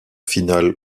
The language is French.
finale